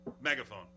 megaphone